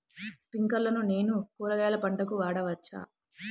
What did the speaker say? స్ప్రింక్లర్లను నేను కూరగాయల పంటలకు వాడవచ్చా?